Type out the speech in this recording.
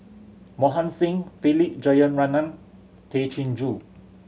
Mohan Singh Philip Jeyaretnam Tay Chin Joo